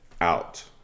Out